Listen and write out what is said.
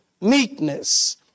meekness